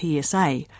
PSA